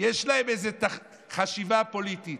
יש להם איזו חשיבה פוליטית.